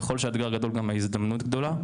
ככל שהאתגר גדול גם ההזדמנות גדולה.